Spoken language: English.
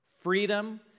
freedom